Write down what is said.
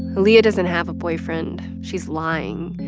aaliyah doesn't have a boyfriend. she's lying.